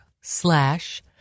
slash